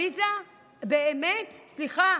עליזה, באמת, סליחה.